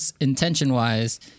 intention-wise